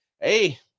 Hey